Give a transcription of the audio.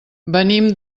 venim